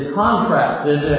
contrasted